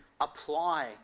apply